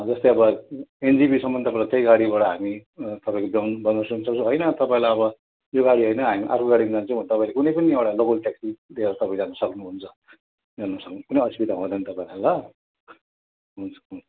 जस्तै अब एनजेपीसम्म तपाईँलाई त्यही गाडीबाट हामी तपाईँको बन्दोबस्त गर्न सक्छौँ होइन तपाईँलाई अब यो गाडी होइन हामी अर्को गाडीमा जान्छौँ भने तपाईँ कुनै पनि एउटा लोकल ट्याक्सी व्यवस्था गरेर जानु सक्नुहुन्छ राम्रोसँग कुनै पनि असुविधा हुँदैन तपाईँलाई ल हुन्छ हुन्छ